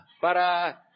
Para